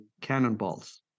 cannonballs